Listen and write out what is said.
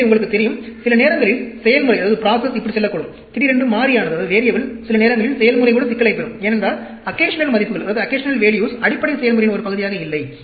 எனவே உங்களுக்குத் தெரியும் சில நேரங்களில் செயல்முறை இப்படிச் செல்லக்கூடும் திடீரென்று மாறியானது சில நேரங்களில் செயல்முறை கூட சிக்கலைப் பெறும் ஏனென்றால் அக்கேஷனல் மதிப்புகள் அடிப்படை செயல்முறையின் ஒரு பகுதியாக இல்லை